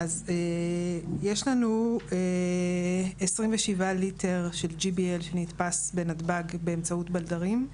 יש לנו 27 ליטר שלGBL שנתפס בנתב"ג באמצעות בלדרים.